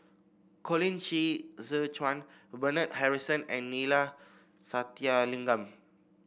Colin Qi Zhe Quan Bernard Harrison and Neila Sathyalingam